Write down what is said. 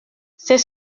c’est